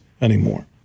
anymore